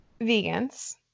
vegans